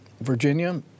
Virginia